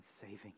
saving